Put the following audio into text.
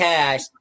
Cash